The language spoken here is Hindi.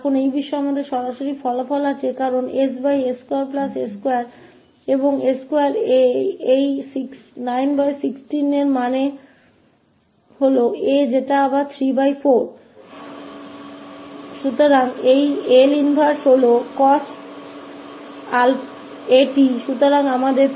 यहाँ इसके विषय में हमारे पास प्रत्यक्ष परिणाम है क्योंकि ss2a2 और a2यह 916 है जिसका अर्थ है कि 𝑎 फिर से 34है